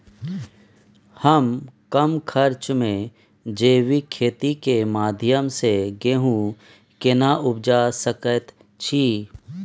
हम कम खर्च में जैविक खेती के माध्यम से गेहूं केना उपजा सकेत छी?